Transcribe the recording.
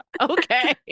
Okay